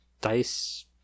dice